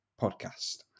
podcast